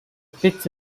pitch